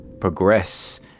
progress